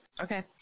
Okay